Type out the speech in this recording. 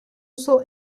uso